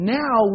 now